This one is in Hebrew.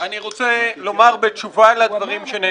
אני שמעתי בהתרגשות את הדברים שלך,